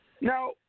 Now